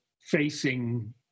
facing